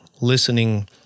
listening